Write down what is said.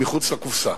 מחוץ לקופסה.